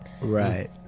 Right